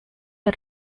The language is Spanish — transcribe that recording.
del